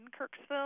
Kirksville